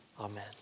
Amen